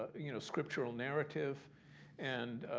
you know, scriptural narrative and,